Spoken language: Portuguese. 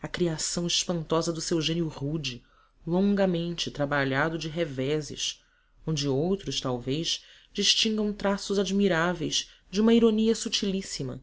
a criação espantosa do seu gênio rude longamente trabalhado de reveses onde outros talvez distingam traços admiráveis de uma ironia sutilíssima